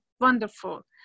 wonderful